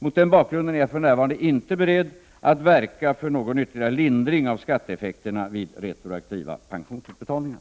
Mot den bakgrunden är jag för närvarande inte beredd att verka för någon ytterligare lindring av skatteeffekterna vid retroaktiva pensionsutbetalningar.